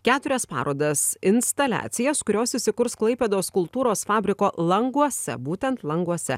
keturias parodas instaliacijas kurios įsikurs klaipėdos kultūros fabriko languose būtent languose